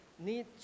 need